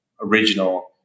original